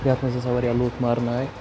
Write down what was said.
یَتھ منٛز ہَسا واریاہ لوٗکھ مارنہٕ آے